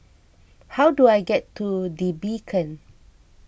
how do I get to the Beacon